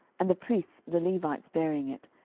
and the priests the levites bearing it,